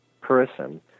person